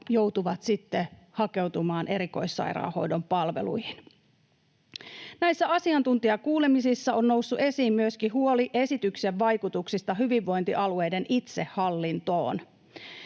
joutuvat sitten hakeutumaan erikoissairaanhoidon palveluihin. Näissä asiantuntijakuulemisissa on noussut esiin myöskin huoli esityksen vaikutuksista hyvinvointialueiden itsehallintoon.